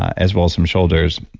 as well as some shoulders.